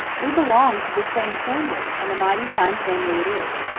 we belong to the same family and a mighty fine family it is.